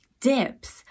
dips